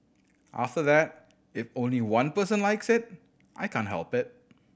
after that if only one person likes it I can't help it